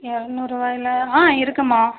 இரநூறுவாயில ஆ இருக்கும்மா